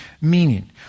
meaning